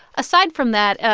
aside from that,